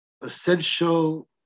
essential